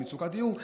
עם מצוקת דיור,